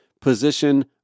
position